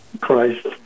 Christ